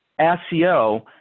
SEO